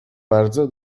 bardzo